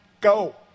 go